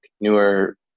newer